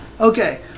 okay